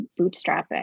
bootstrapping